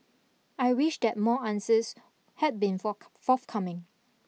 I wish that more answers had been for forthcoming